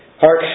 Hark